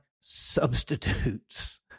substitutes